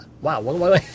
wow